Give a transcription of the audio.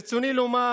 ברצוני לומר